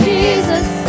Jesus